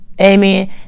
Amen